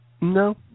No